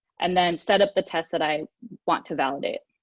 and then set up the test that i want to validate.